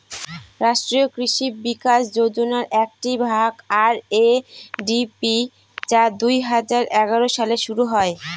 রাষ্ট্রীয় কৃষি বিকাশ যোজনার একটি ভাগ আর.এ.ডি.পি যা দুই হাজার এগারো সালে শুরু করা হয়